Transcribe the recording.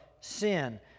sin